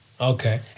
Okay